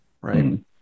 Right